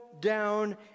down